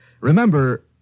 Remember